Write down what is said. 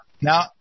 Now